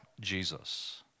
Jesus